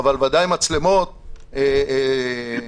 אבל ודאי מצלמות שזה